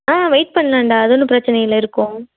ஆ wait பண்ணலாம்டா அது ஒன்றும் பிரச்சின இல்லை இருக்கும்